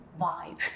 vibe